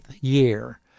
year